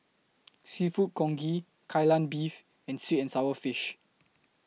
Seafood Congee Kai Lan Beef and Sweet and Sour Fish